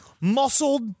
muscled